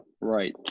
Right